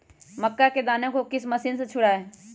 मक्का के दानो को किस मशीन से छुड़ाए?